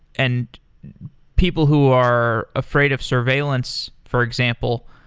and people who are afraid of surveillance, for example,